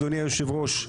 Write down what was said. אדוני יושב הראש,